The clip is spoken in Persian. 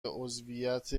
عضویت